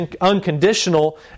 unconditional